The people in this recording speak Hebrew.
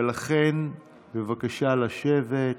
בבקשה לשבת.